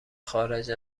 خارج